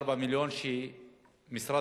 יום שאדם